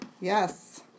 Yes